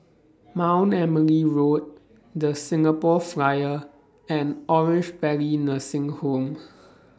Mount Emily Road The Singapore Flyer and Orange Valley Nursing Home